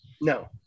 No